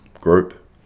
group